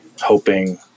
hoping